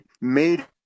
made